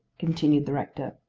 continued the rector.